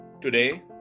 Today